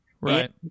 Right